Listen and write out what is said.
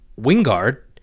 wingard